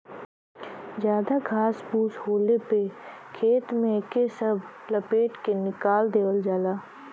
जादा घास फूस होले पे खेत में एके सब लपेट के निकाल देवल जाला